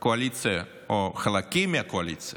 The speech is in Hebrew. הקואליציה או חלקים מהקואליציה